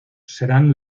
serán